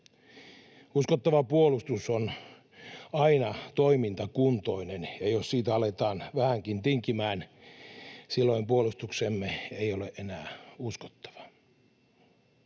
Uskottava puolustus on aina toimintakuntoinen, ja jos siitä aletaan vähänkin tinkimään, silloin puolustuksemme ei ole enää uskottava.